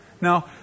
Now